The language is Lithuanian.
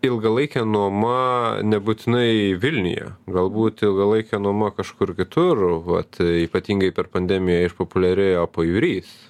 ilgalaikė nuoma nebūtinai vilniuje galbūt ilgalaikė nuoma kažkur kitur vat ypatingai per pandemiją išpopuliarėjo pajūris